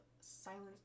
silence